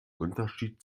unterschied